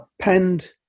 penned